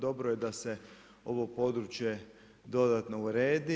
Dobro je da se ovo područje dodatno uredi.